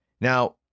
Now